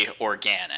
organic